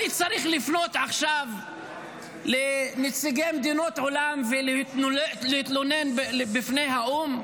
אני צריך לפנות עכשיו לנציגי מדינות עולם ולהתלונן בפני האו"ם?